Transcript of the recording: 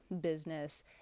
business